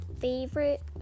favorite